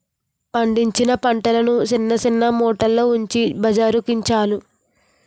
పండించిన పంటలను సిన్న సిన్న మూటల్లో ఉంచి బజారుకందించాలి